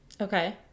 okay